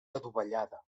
adovellada